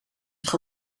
zich